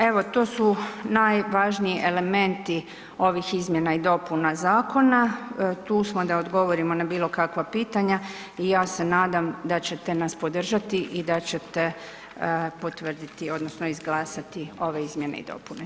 Evo, to su najvažniji elementi ovih izmjena i dopuna zakona, tu smo da odgovorimo na bilo kakva pitanja i ja se nadam da ćete nas podržati i da ćete potvrditi odnosno izglasati ove izmjene i dopune.